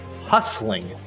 hustling